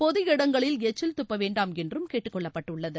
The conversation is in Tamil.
பொது இடங்களில் எச்சில் துப்பவேண்டாம் என்றும் கேட்டுக் கொள்ளப்பட்டுள்ளது